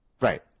Right